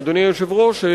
אדוני היושב-ראש,